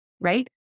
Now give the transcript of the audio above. right